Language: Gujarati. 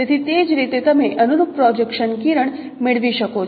તેથી તે જ રીતે તમે અનુરૂપ પ્રોજેક્શન કિરણ મેળવી શકો છો